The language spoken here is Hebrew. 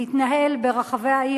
להתנהל ברחבי העיר.